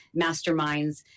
masterminds